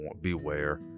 beware